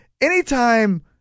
Anytime